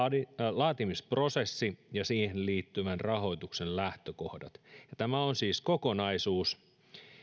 laatimisprosessi ja siihen liittyvän rahoituksen lähtökohdat tämä on siis kokonaisuus